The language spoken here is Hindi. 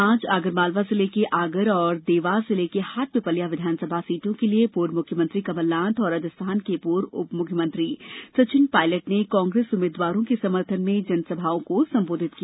आज आगरमालवा जिले के आगर और देवास जिले के हाटपिपल्या विधानसभा सीटों के लिए पूर्व मुख्यमंत्री कमलनाथ और राजस्थान के पूर्व उपमुख्यमंत्री सचिन पायलट ने कांग्रेस उम्मीदवारो के समर्थन में जनसभाओं को संबोधित किया